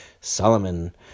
Solomon